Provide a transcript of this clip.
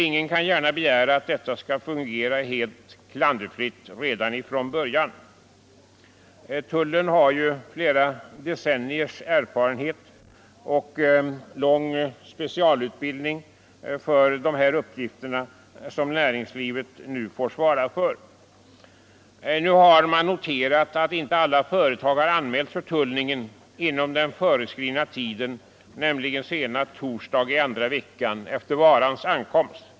Ingen kan gärna begära att detta skall fungera helt klanderfritt redan från början. Tullen har flera decenniers erfarenhet och personalen har lång specialutbildning för dessa uppgifter som näringslivet nu får svara för. Nu har det noterats att inte alla företagare anmält för tullen inom den föreskrivna tiden, nämligen senast torsdag i andra veckan efter varans ankomst.